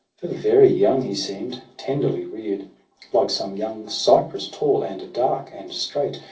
for very young he seem'd, tenderly rear'd like some young cypress, tall, and dark, and straight,